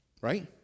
Right